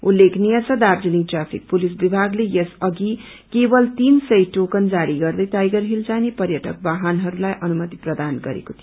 उल्लेखनिय छ Darjeeling traffic police विभागले यस अघि केवल तीन सय टोकन जारी गर्दै टाइगर हील जाने पर्यटक वाहनहरूलाई अनुमति प्रदान गरेको थियो